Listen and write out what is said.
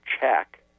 check